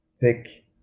thick